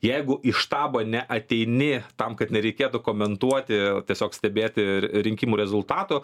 jeigu į štabą neateini tam kad nereikėtų komentuoti o tiesiog stebėti rinkimų rezultatų